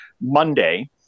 Monday